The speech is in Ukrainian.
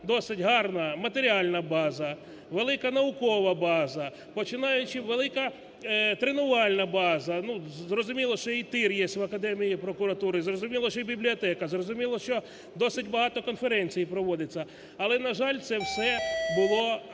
досить гарна матеріальна база, велика наукова база, починаючи, велика тренувальна база, ну, зрозуміло, що і тир є в Академії прокуратури, зрозуміло, що і бібліотека, зрозуміло, що досить багато конференцій проводиться. Але, на жаль, це все було